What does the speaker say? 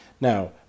Now